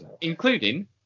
including